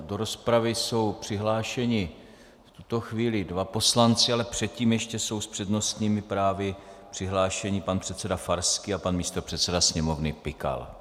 Do rozpravy jsou přihlášeni v tuto chvíli dva poslanci, ale předtím jsou ještě s přednostními právy přihlášeni pan předseda Farský a pan místopředseda Sněmovny Pikal.